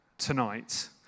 tonight